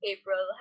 April